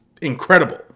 incredible